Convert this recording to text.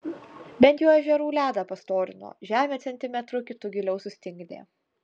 bent jau ežerų ledą pastorino žemę centimetru kitu giliau sustingdė